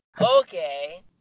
Okay